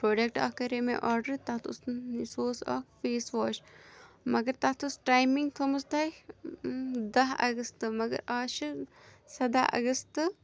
product اَکھ کَرے مےٚ آرڈَر تَتھ اوس سُہ اوس اَکھ فیس واش مگر تَتھ ٲس ٹایمِنٛگ تھاومٕژ تۄہہِ دَہ اَگستہٕ مگر آز چھِ سَداہ اَگستہٕ